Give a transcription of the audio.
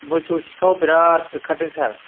मोसौ सिखाव बिराद ओंखारदों सार